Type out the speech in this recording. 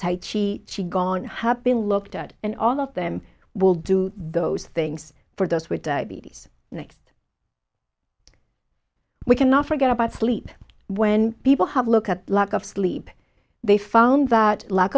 tight she she gone have been looked at and all of them will do those things for those with diabetes next we cannot forget about sleep when people have looked at lack of sleep they found that lack